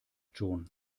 schon